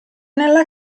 nella